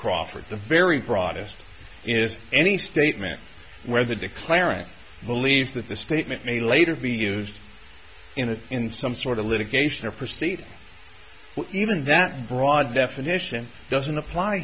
crawford the very broadest is any statement where the declaring believe that the statement may later be used in an in some sort of litigation or proceed even that broad definition doesn't apply